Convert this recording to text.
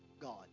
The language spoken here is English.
God